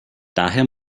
daher